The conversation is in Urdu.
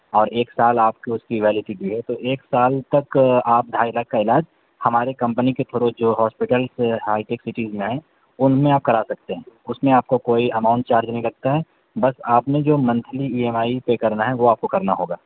اور ایک سال آپ کی اس کی ویلیڈٹی ہے تو ایک سال تک آپ ڈھائی لاکھ کا علاج ہمارے کمپنی کے تھرو جو ہاسپیٹل سے ہائی ٹیک سٹیز میں ہیں اس میں آپ کرا سکتے ہیں اس میں آپ کو کوئی اماؤنٹ چارج نہیں لگتا ہے بس آپ نے جو منتھلی ای ایم آئی پے کرنا ہے وہ آپ کو کرنا ہوگا